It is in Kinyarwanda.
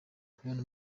kubona